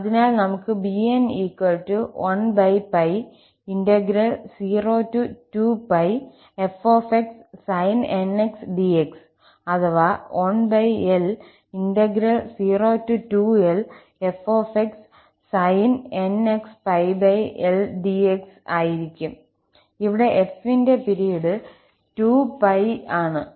അതിനാൽ നമുക്ക് 𝑏n1𝜋02πf sin nx dx അഥവാ 1𝐿02Lf sin nxπL dx ആയിരിക്കും ഇവിടെ 𝑓 ന്റെ പീരീഡ് 2𝜋 ആണ്